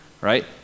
right